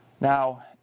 Now